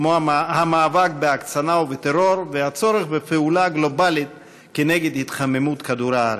כמו המאבק בהקצנה ובטרור והצורך בפעולה גלובלית כנגד התחממות כדור-הארץ.